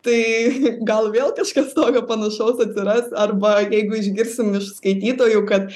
tai gal vėl kažkas tokio panašaus atsiras arba jeigu išgirsim iš skaitytojų kad